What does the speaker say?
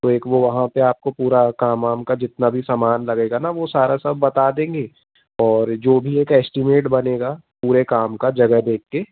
तो एक वो वहाँ पर आपको पूरा काम वाम का जितना भी समान लगेगा ना वो सारा सब बता देंगे और जो भी एक एस्टीमेट बनेगा पूरे काम का जगह देख के